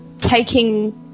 taking